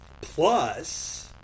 Plus